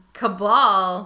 cabal